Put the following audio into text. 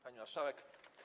Pani Marszałek!